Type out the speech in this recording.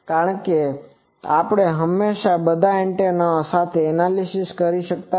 કારણ કે આપણે હમેશા બધા એન્ટેનાઓ સાથે એનાલિસીસ કરી શકતા નથી